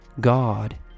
God